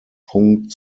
punkt